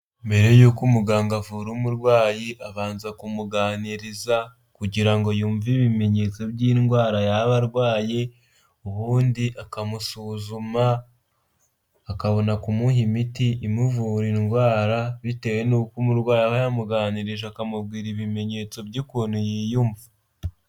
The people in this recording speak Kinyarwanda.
Mbere y'uko umuganga avura umurwayi abanza kumuganiriza kugira ngo yumve ibimenyetso by'indwara yaba arwaye ubundi akamusuzuma akabona kumuha imiti imuvura indwara bitewe n'uko umurwayi aba yamuganirije akamubwira ibimenyetso by'ukuntu yiyumva.